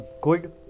good